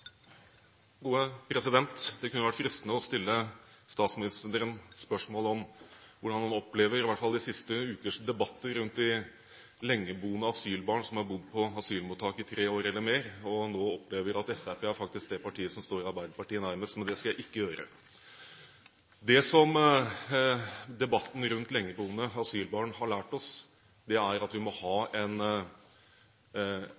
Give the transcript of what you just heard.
Det kunne vært fristende å stille statsministeren spørsmål om hvordan han opplever i hvert fall de siste ukers debatter rundt de lengeboende asylbarna som har bodd på asylmottak i tre år eller mer, og nå opplever at Fremskrittspartiet faktisk er det partiet som står Arbeiderpartiet nærmest – men det skal jeg ikke gjøre. Det som debatten rundt lengeboende asylbarn har lært oss, er at vi må ha